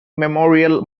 memorial